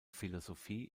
philosophie